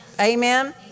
Amen